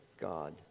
God